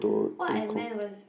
what I meant was